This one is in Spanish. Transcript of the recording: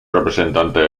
representante